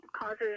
causes